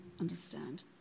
understand